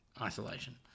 isolation